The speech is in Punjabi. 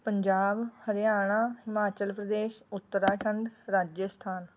ਪੰਜਾਬ ਹਰਿਆਣਾ ਹਿਮਾਚਲ ਪ੍ਰਦੇਸ਼ ਉੱਤਰਾਖੰਡ ਰਾਜਸਥਾਨ